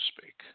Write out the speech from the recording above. speak